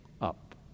up